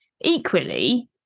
Equally